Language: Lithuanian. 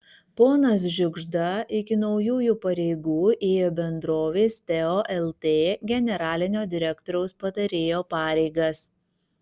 ponas žiugžda iki naujųjų pareigų ėjo bendrovės teo lt generalinio direktoriaus patarėjo pareigas